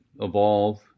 evolve